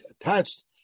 attached